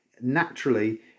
naturally